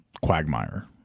quagmire